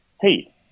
Hey